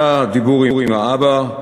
היה דיבור עם האבא.